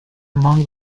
among